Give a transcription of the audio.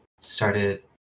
started